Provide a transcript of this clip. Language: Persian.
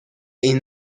این